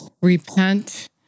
Repent